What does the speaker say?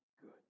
good